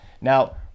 Now